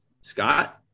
scott